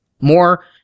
More